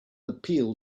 appeal